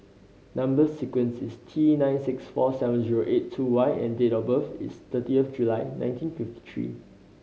number sequence is T nine six four seven zero eight two Y and date of birth is thirty of July nineteen fifty three